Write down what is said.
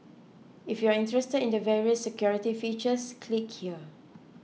if you're interested in the various security features click here